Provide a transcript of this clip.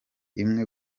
imwe